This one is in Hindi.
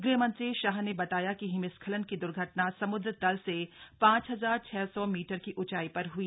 गृहमंत्री शाह ने बताया कि हिमस्खलन की द्र्घटना समुद्र तल से पांच हजार छह सौ मीटर की ऊंचाई पर हई